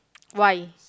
why